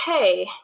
okay